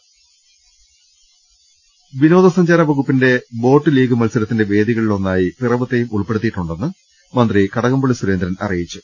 ് വിനോദ സഞ്ചാര വകുപ്പിന്റെ ബോട്ട് ലീഗ് മത്സരത്തിന്റെ വേദി കളിലൊന്നായി പിറവത്തെയും ഉൾപ്പെടുത്തിയിട്ടുണ്ടെന്ന് മന്ത്രി കടകം പള്ളി സുരേന്ദ്രൻ അറിയിച്ചു